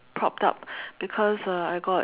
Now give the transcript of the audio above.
propped up because uh I got